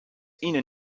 ihnen